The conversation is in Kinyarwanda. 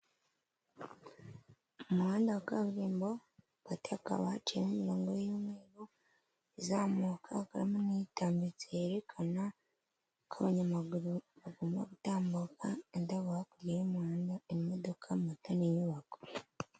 Umuhanda wa kaburimbo hagati hakaba hacimo imirongo y'umweru, izamuka n'itambitse yerekana ko abanyamaguru bagobma gutambuka, indabo hakurya y'umuhanda imodoka, moto, n'inyubako.